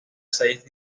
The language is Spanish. seis